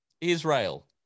Israel